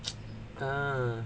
ah